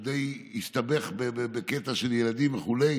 שהוא די הסתבך בקטע של ילדים וכו'